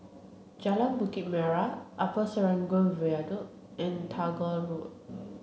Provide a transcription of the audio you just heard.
Jalan Bukit Merah Upper Serangoon Viaduct and Tagore Road